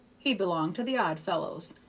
he belonged to the odd fellows,